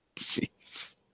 Jeez